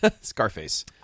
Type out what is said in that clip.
Scarface